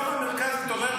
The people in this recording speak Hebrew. כל המרכז התעורר.